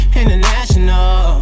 international